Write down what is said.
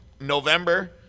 November